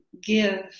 give